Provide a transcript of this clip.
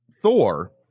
Thor